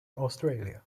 australia